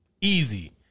easy